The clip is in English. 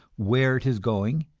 where it is going,